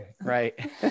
Right